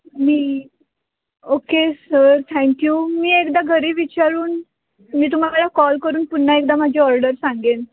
मी okay sir thank you मी एकदा घरी विचारून मी तुम्हाला कॉल करून पुन्हा एकदा माझी ऑर्डर सांगेन